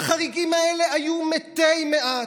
והחריגים האלה היו מתי מעט.